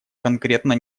конкретно